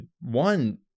One